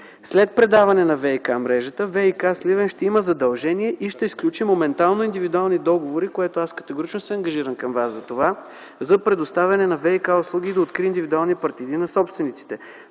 След предаване на ВиК-мрежата ВиК – Сливен ще има задължение и ще сключи моментално индивидуални договори, за което аз категорично се ангажирам към Вас – за предоставяне на ВиК-услуги за откриване на индивидуални партиди на собствениците.